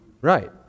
right